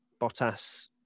Bottas